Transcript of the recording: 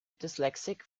dyslexic